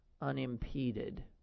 unimpeded